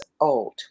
old